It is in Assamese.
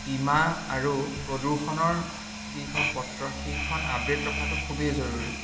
বীমা আৰু প্ৰদূষণৰ যিখন পত্ৰ সেইখন আপডেট ৰখাটো খুবেই জৰুৰী